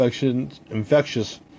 infectious